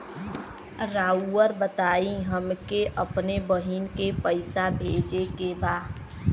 राउर बताई हमके अपने बहिन के पैसा भेजे के बा?